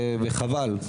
וחבל.